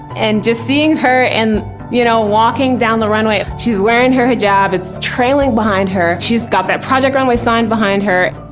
and just seeing her, and you know, walking down the runway, she's wearing her hijab, it's trailing behind her, she's got that project runway sign behind her,